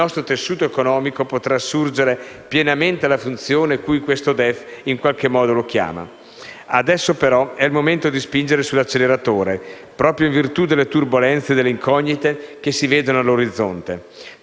il nostro tessuto economico potrà assurgere pienamente alla funzione cui questo DEF in qualche modo lo chiama. Adesso però è il momento di spingere sull'acceleratore, proprio in virtù delle turbolenze e delle incognite che si vedono all'orizzonte.